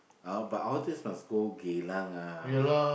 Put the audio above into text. oh but all this must go Geylang ah